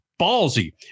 ballsy